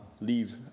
leave